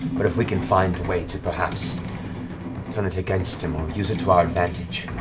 but if we can find a way to perhaps turn it against him or use it to our advantage.